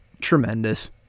Tremendous